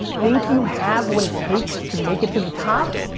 think you have what it takes to make it to the top?